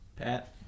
Pat